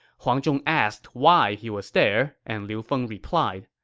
huang zhong asked why he was there, and liu feng replied,